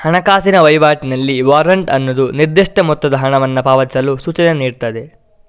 ಹಣಕಾಸಿನ ವೈವಾಟಿನಲ್ಲಿ ವಾರೆಂಟ್ ಅನ್ನುದು ನಿರ್ದಿಷ್ಟ ಮೊತ್ತದ ಹಣವನ್ನ ಪಾವತಿಸಲು ಸೂಚನೆ ನೀಡ್ತದೆ